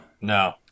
No